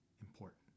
important